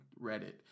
Reddit